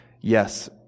Yes